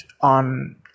on